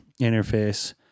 interface